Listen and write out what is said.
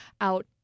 out